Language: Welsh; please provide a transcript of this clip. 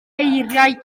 eiriau